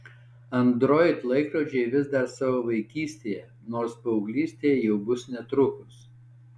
android laikrodžiai vis dar savo vaikystėje nors paauglystė jau bus netrukus